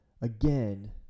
again